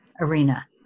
arena